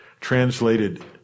translated